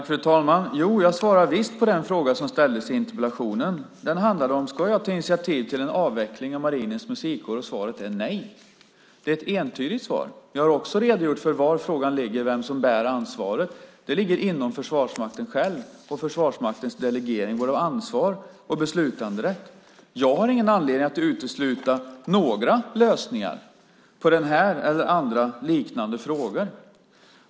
Fru talman! Jag svarade visst på den fråga som ställdes i interpellationen. Den handlade om jag ska ta initiativ till en avveckling av Marinens musikkår, och svaret är nej. Det är ett entydigt svar. Jag har också redogjort för var frågan ligger och vem som bär ansvaret. Det ligger inom Försvarsmakten själv genom delegeringen av både ansvar och beslutanderätt. Jag har ingen anledning att utesluta några lösningar i den här eller andra liknande frågor.